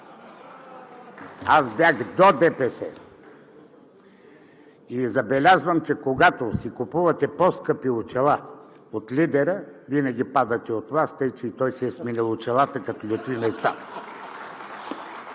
аз бях до ДПС. Забелязвам, че когато си купувате по-скъпи очила от лидера, винаги падате от власт, тъй че и той си е сменил очилата като Лютви Местан.